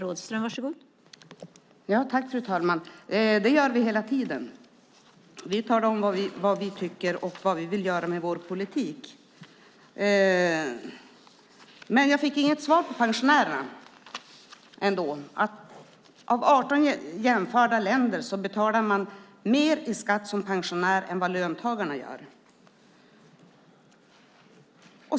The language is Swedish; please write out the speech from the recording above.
Fru talman! Detta gör vi hela tiden, Jessica Polfjärd. Vi talar om vad vi tycker och vad vi vill göra med vår politik. Jag fick inget svar på detta med pensionärerna. Av 18 jämförda länder är Sverige det enda land där man betalar mer i skatt som pensionär än som löntagare.